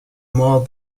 more